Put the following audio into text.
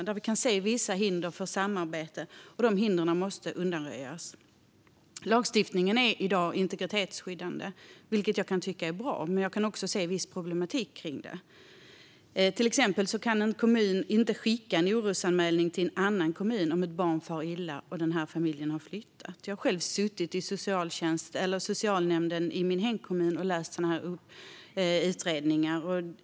Där kan vi se vissa hinder för samarbete, och de hindren måste undanröjas. Lagstiftningen är i dag integritetsskyddande, vilket jag kan tycka är bra även om jag också ser en viss problematik i det. Till exempel kan en kommun inte skicka en orosanmälan om att ett barn far illa till en annan kommun när familjen har flyttat. Jag har själv suttit i socialnämnden i min hemkommun och läst sådana utredningar.